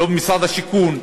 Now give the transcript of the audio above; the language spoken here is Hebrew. לא במשרד השיכון,